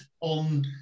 on